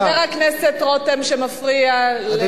עם חבר הכנסת רותם, שמפריע לחבר סיעתו.